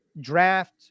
draft